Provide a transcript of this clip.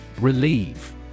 Relieve